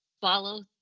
follow